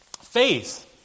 Faith